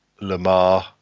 Lamar